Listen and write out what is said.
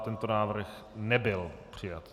Tento návrh nebyl přijat.